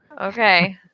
Okay